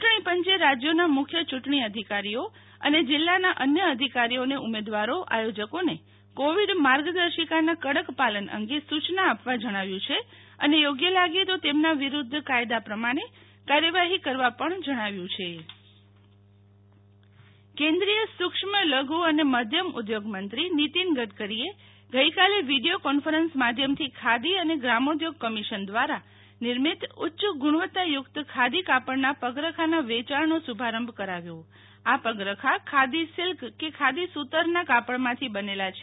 ચ્યું ટણીપં ચે રાજ્યોના મુખ્યયૂં ટણી અધિકારીઓ અને જીલ્લાના અન્ય અધિકારીઓને ઉમેદવારો આયોજકોને કોવિડ માર્ગદર્શિકાના કડકપાલન અંગે સૂ યના આપવા જણાવ્યું છે અને યોગ્ય લાગે તો તેમના વિરૂધ્ધ કાયદા પ્રમાણેકાર્યવાહી કરવા પણ જણાવ્યું છે શિતલ વૈશ્નવ ઉધોગમંત્રી ખાદી પગરખા કેન્દ્રિય સૂ ક્ષ્મ લઘુ અને મધ્યમઉદ્યોગમંત્રી નિતિન ગડકરીએગઈકાલે વિડીયો કોન્ફરન્સ માધ્યમથી ખાદી અને ગ્રામોદ્યોગકમિશન દ્વારા નિર્મિત ઉચ્ય ગુણવત્તાયુક્ત ખાદી કાપડના પગરખાના વેચાણનો શુ ભારંભકરાવ્યો આ પગરખા ખાદી સિલ્ક કે ખાદી સૂ તરના કાપડમાંથી બનેલા છે